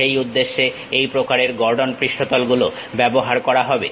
সেই উদ্দেশ্যে এই প্রকারের গর্ডন পৃষ্ঠতল গুলো ব্যবহার করা হবে